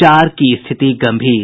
चार की स्थिति गंभीर